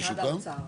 משרד האוצר